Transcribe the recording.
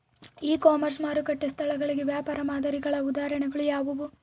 E commerce ಮಾರುಕಟ್ಟೆ ಸ್ಥಳಗಳಿಗೆ ವ್ಯಾಪಾರ ಮಾದರಿಗಳ ಉದಾಹರಣೆಗಳು ಯಾವುವು?